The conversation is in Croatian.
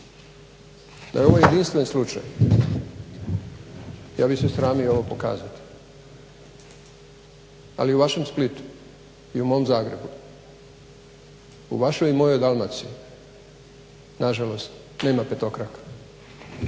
Da je ovo jedinstven slučaj ja bih se sramio ovo pokazati, ali u vašem Splitu i u mom Zagrebu u vašoj i mojoj Dalmaciji nažalost nema petokraka.